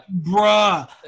Bruh